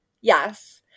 Yes